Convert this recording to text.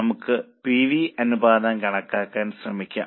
നമുക്ക് P V അനുപാതം കണക്കാക്കാൻ ശ്രമിക്കാം